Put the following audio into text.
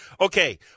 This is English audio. Okay